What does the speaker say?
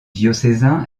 diocésain